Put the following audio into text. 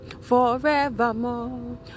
forevermore